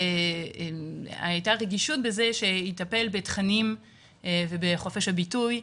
הייתה רגישות בזה שיטפל בתכנים ובחופש הביטוי,